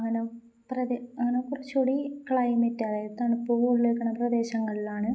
അങ്ങനെ പ്ര അങ്ങനെ കൊറച്ചൂടി ക്ലൈമറ്റ് അതായത് തണുപ്പ് ഉിലേക്കണ പ്രദേശങ്ങളിലാണ്